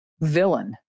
villain